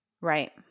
Right